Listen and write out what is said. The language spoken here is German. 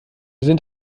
sind